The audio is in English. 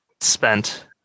spent